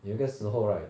有一个时候 right